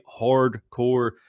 hardcore